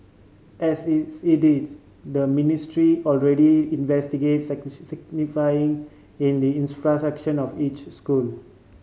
as its it is the Ministry already investigate in the infrastructure of each school